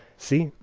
see,